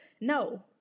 No